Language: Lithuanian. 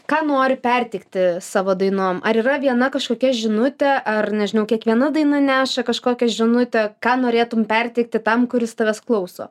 ką nori perteikti savo dainom ar yra viena kažkokia žinutė ar nežinau kiekviena daina neša kažkokią žinutę ką norėtum perteikti tam kuris tavęs klauso